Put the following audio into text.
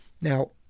Now